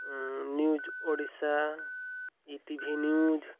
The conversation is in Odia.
news Odisha E T V news